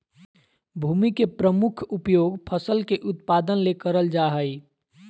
भूमि के प्रमुख उपयोग फसल के उत्पादन ले करल जा हइ